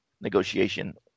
negotiation